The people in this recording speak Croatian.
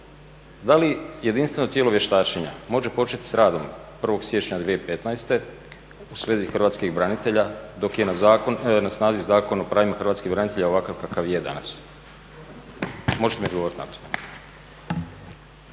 da li jedinstveno tijelo vještačenja može početi s radom 1. siječnja 2015. u svezi hrvatskih branitelja, dok je na snazi Zakon o pravima hrvatskih branitelja ovakav kakav je danas? Možete mi odgovorit na to?